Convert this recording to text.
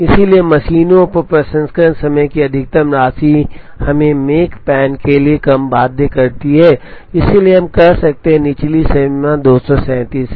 इसलिए मशीनों पर प्रसंस्करण समय की अधिकतम राशि हमें मेकपैन के लिए कम बाध्य करती है इसलिए हम कह सकते हैं निचली सीमा 237 है